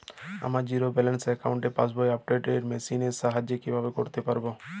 আমার zero balance অ্যাকাউন্টে passbook update machine এর সাহায্যে কীভাবে করতে পারব?